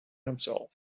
himself